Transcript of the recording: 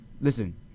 listen